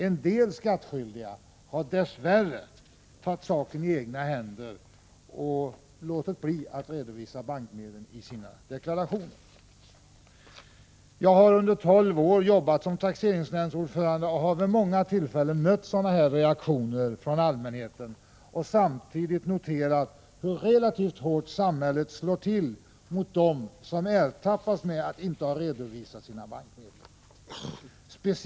Vissa skattskyldiga har dess värre tagit saken i egna händer och låtit bli att redovisa bankmedlen i deklarationen. Jag har under 12 år arbetat som taxeringsnämndsordförande och har vid många tillfällen mötts av sådana här reaktioner från allmänheten. Samtidigt har jag noterat hur relativt hårt samhället slår till mot dem som ertappas med att inte ha redovisat sina bankmedel.